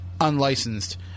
unlicensed